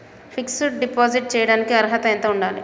Fix డ్ deposit చేయటానికి అర్హత ఎంత ఉండాలి?